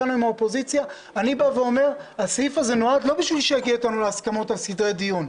נציגי סיעות האופוזיציה ביחס לסדרי הדיון,